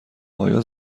آیا